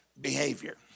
behavior